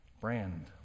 Brand